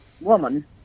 woman